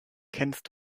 kennst